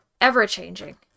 ever-changing